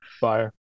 Fire